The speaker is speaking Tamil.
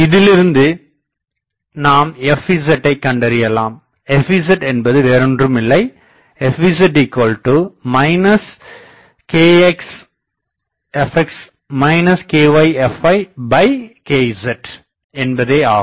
இதிலிருந்து நாம் fzஐ கண்டறியலாம் fz என்பது வேறொன்றுமில்லை fz kxfx kyfykz என்பதே ஆகும்